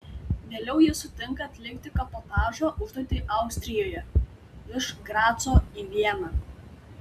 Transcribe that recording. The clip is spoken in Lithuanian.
vėliau jis sutinka atlikti kabotažo užduotį austrijoje iš graco į vieną